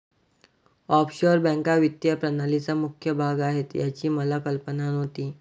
offshore बँका वित्तीय प्रणालीचा मुख्य भाग आहेत याची मला कल्पना नव्हती